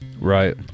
Right